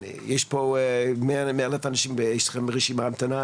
יש פה מאה אלף אנשים ברשימת המתנה,